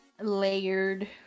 layered